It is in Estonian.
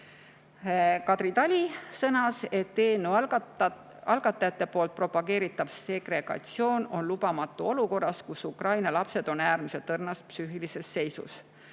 Kadri Tali sõnas, et eelnõu algatajate propageeritav segregatsioon on lubamatu olukorras, kus Ukraina lapsed on äärmiselt õrnas psüühilises seisus.